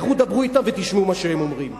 לכו, דברו אתם ותשמעו מה שהם אומרים.